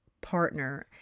partner